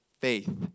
faith